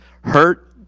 hurt